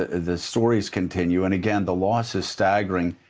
ah the stories continue and, again, the loss is staggering.